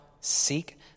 seek